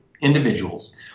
individuals